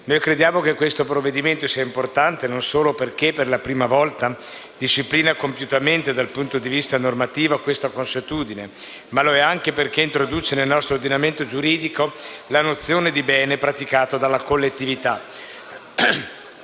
Crediamo che questo provvedimento sia importante, non solo perché per la prima volta disciplina compiutamente dal punto di vista normativo questa consuetudine, ma anche perché introduce nel nostro ordinamento giuridico la nozione di bene praticato dalla collettività.